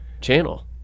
channel